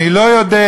אני לא יודע,